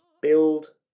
Build